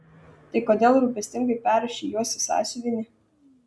tai kodėl rūpestingai perrašei juos į sąsiuvinį